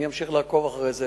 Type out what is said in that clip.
אני אמשיך לעקוב אחרי זה